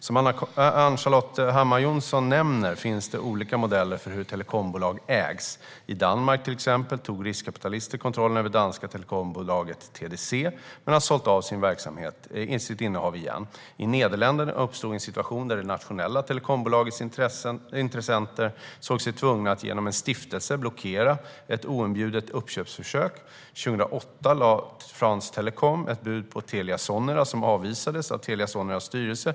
Som Ann-Charlotte Hammar Johnsson nämner finns det olika modeller för hur telekombolag ägs. I Danmark till exempel tog riskkapitalister kontrollen över danska telekombolaget TDC men har sålt av sitt innehav igen. I Nederländerna uppstod en situation där det nationella telekombolagets intressenter såg sig tvungna att genom en stiftelse blockera ett oinbjudet uppköpsförsök. År 2008 lade France Telecom ett bud på Telia Sonera som avvisades av Telia Soneras styrelse.